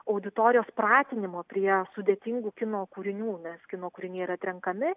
auditorijos pratinimo prie sudėtingų kino kūrinių nes kino kūriniai yra atrenkami